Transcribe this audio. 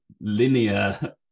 linear